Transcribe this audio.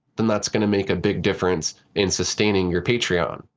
then that's going to make a big difference in sustaining your patreon.